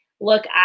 look